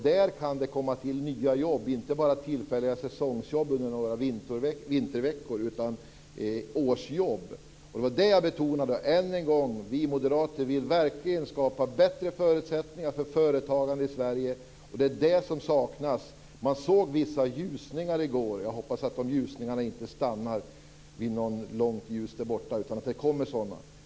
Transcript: Där kan det tillkomma nya jobb, inte bara tillfälliga säsongsjobb under några vinterveckor utan årsjobb. Det var det jag betonade. Än en gång: Vi moderater vill verkligen skapa bättre förutsättningar för företagande i Sverige. Det är det som saknas. Man såg vissa ljusningar i går. Jag hoppas att det inte stannar vid ljusningar långt där borta utan att det kommer sådana.